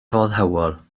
foddhaol